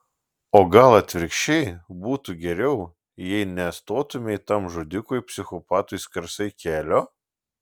o gal atvirkščiai būtų geriau jei nestotumei tam žudikui psichopatui skersai kelio